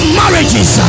marriages